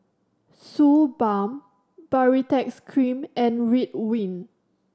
Suu Balm Baritex Cream and Ridwind